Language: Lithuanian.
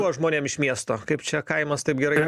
buvo žmonėm iš miesto kaip čia kaimas taip gerai